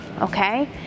okay